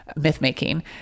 myth-making